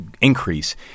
increase